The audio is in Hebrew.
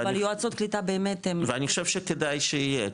ואני חושב שכדאי שיהיה,